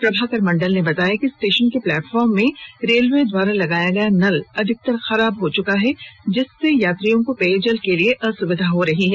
प्रभाकर मंडल ने बताया कि स्टेशन के प्लेटफार्म में रेलवे द्वारा लगाया गया नल अधिकतर खराब हो चुका है जिससे यात्रियों को पेयजल के लिए असुविधा हो रही है